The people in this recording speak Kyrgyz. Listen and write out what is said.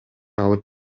алып